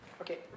Okay